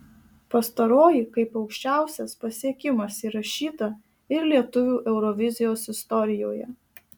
pastaroji kaip aukščiausias pasiekimas įrašyta ir lietuvių eurovizijos istorijoje